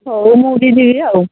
ହଉ ମୁଁ ବି ଯିବି ଆଉ